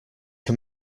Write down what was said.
can